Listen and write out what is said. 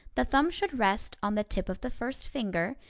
the thumb should rest on the tip of the first finger,